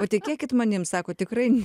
patikėkit manim sako tikrai